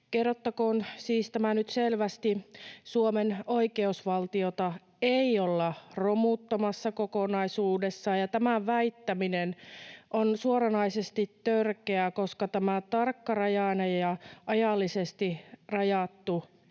Kerrottakoon siis tämä nyt selvästi: Suomen oikeusvaltiota ei olla romuttamassa kokonaisuudessaan. Tämän väittäminen on suoranaisesti törkeää, koska tämä tarkkarajainen ja ajallisesti rajattu